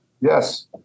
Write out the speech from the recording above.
Yes